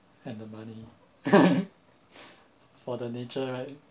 and the money for the nature right